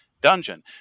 dungeon